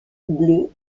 bleue